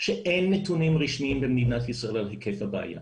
שאין נתונים רשמיים במדינת ישראל על היקף הבעיה.